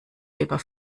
lieber